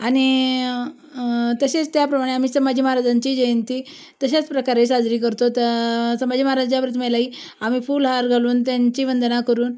आणि तसेच त्याप्रमाणे आम्ही संभाजी महाराजांचीही जयंती तशाच प्रकारे साजरी करतो त संभाजी महाराजांच्या प्रतिमेलाही आम्ही फूल हार घालून त्यांची वंदना करून